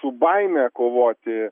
su baime kovoti